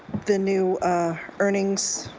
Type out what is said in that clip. the new earnings